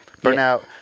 Burnout